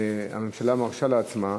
הממשלה מרשה לעצמה,